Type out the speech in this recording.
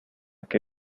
que